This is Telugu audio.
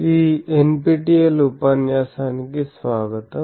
ఈ NPTEL ఉపన్యాసానికి స్వాగతం